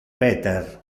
peter